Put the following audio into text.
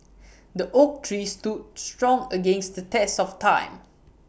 the oak trees stood strong against the test of time